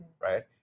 right